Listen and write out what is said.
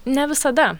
ne visada